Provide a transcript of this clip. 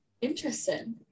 Interesting